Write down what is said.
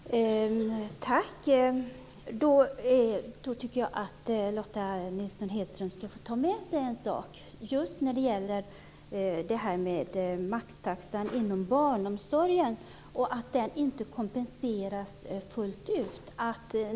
Fru talman! Då tycker jag att Lotta Nilsson Hedström ska få ta med sig en sak just när det gäller maxtaxan inom barnomsorgen och att den inte kompenseras fullt ut.